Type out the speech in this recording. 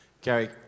Gary